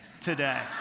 today